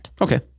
Okay